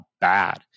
bad